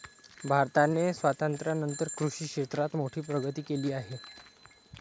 भारताने स्वातंत्र्यानंतर कृषी क्षेत्रात मोठी प्रगती केली आहे